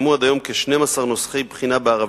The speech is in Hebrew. עד היום פורסמו כ-12 נוסחי בחינה בערבית,